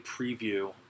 preview